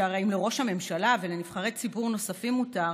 שהרי אם לראש הממשלה ולנבחרי ציבור נוספים מותר,